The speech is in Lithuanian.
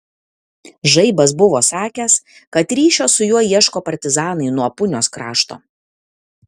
žaibas buvo sakęs kad ryšio su juo ieško partizanai nuo punios krašto